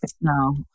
No